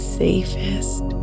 safest